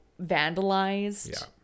vandalized